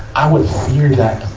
i would fear that,